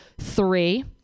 three